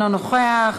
אינו נוכח,